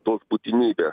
tos būtinybės